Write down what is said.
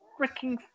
freaking